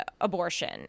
abortion